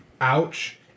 Ouch